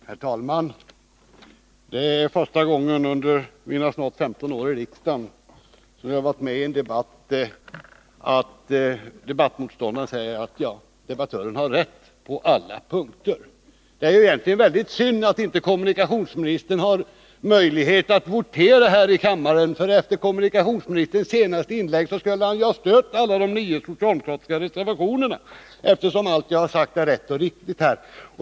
Herr talman! Det är första gången under mina snart 15 år i riksdagen som jag varit med i en debatt där debattmotståndaren säger att meddebattören har rätt på alla punkter. Det är egentligen väldigt synd att kommunikationsministern inte har möjlighet att votera här i kammaren, för efter kommunikationsministerns senaste inlägg skulle han ju ha stött alla de nio socialdemokratiska reservationerna — eftersom allt jag sagt var rätt och riktigt.